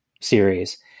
series